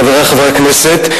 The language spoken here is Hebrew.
חברי חברי הכנסת,